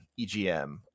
EGM